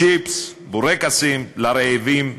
צ'יפס, בורקסים לרעבים,